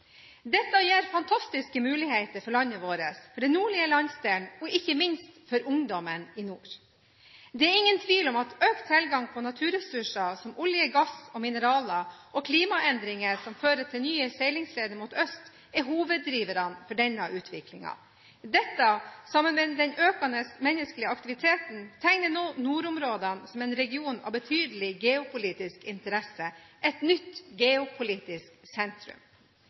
Dette gir fantastiske muligheter for landet vårt, for den nordlige landsdelen og ikke minst for ungdommen i nord. Det er ingen tvil om at økt tilgang på naturressurser som olje, gass og mineraler – og klimaendringer som fører til nye seilingsleder mot øst – er hoveddriverne for denne utviklingen. Dette, sammen med en økende menneskelig aktivitet, tegner nå nordområdene som en region av betydelig geopolitisk interesse, et nytt geopolitisk sentrum.